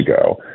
ago